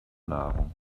nahrung